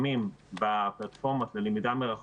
משרד התקשורת צריך להבין את זה, לפעול מול חברות